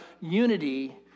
unity